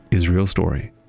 israel story.